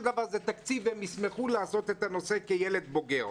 דבר זה תקציב והם ישמחו לעסוק בנושא כילדים בוגרים.